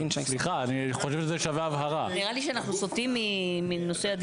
סליחה, אני חושב שזה שווה הבהרה.